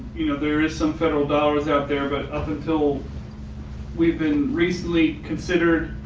you know, there is some federal dollars out there but up until we've been recently considered